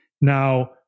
Now